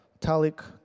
Talik